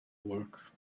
work